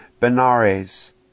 Benares